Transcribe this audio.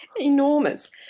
enormous